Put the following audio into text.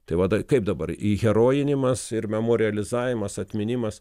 tai vat kaip dabar įherojinimas ir memorealizavimas atminimas